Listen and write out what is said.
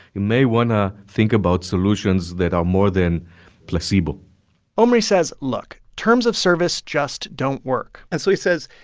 you may want to think about solutions that are more than placebo omri says, look, terms of service just don't work and so he says,